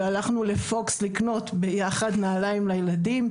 והלכנו לפוקס לקנות ביחד נעליים לילדים,